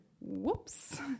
Whoops